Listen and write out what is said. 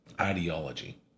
ideology